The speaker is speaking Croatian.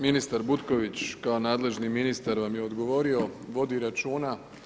Ministar Butković kao nadležni ministar vam je odgovorio, vodi računa.